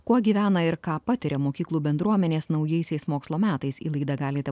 kuo gyvena ir ką patiria mokyklų bendruomenės naujaisiais mokslo metais į laidą galite